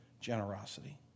generosity